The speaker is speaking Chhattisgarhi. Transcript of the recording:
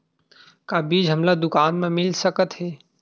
का बीज हमला दुकान म मिल सकत हे?